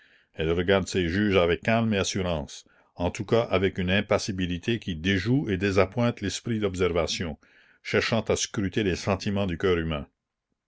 elle regarde ses juges avec calme et assurance en tout cas avec une impassibilité qui déjoue et désappointe l'esprit d'observation cherchant à scruter les sentiments du cœur humain